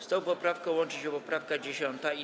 Z tą poprawką łączy się poprawka 10.